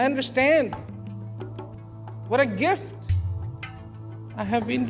i understand what a gift i have been